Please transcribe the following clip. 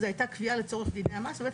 זו הייתה קביעה לצורך דיני המס ובית